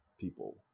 people